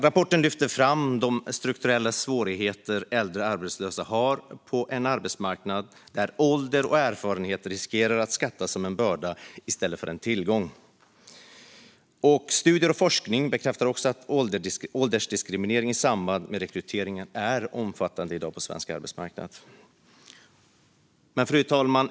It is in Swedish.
Rapporten lyfter fram de strukturella svårigheter som äldre arbetslösa har på en arbetsmarknad där ålder och erfarenhet riskerar att skattas som en börda i stället för en tillgång. Studier och forskning bekräftar också att åldersdiskriminering i samband med rekryteringar är omfattande i dag på svensk arbetsmarknad. Fru talman!